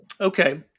Okay